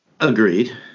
Agreed